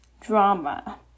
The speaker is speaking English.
Drama